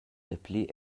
dapli